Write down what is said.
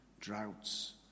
droughts